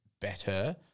better